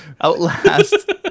Outlast